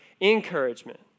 encouragement